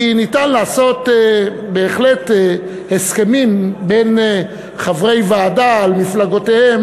כי ניתן לעשות בהחלט הסכמים בין חברי ועדה על מפלגותיהם